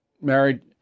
married